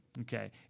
Okay